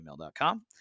gmail.com